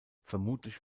vermutlich